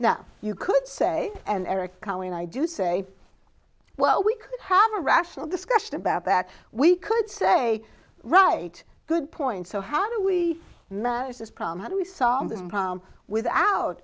now you could say and eric cowan i do say well we could have a rational discussion about that we could say right good point so how do we know this problem how do we solve this problem without